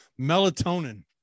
Melatonin